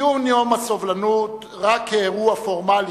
ציון יום הסובלנות רק כאירוע פורמלי